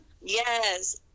yes